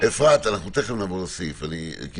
את